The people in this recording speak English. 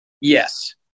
Yes